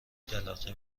تلقی